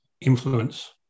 influence